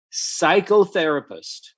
psychotherapist